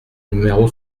numéro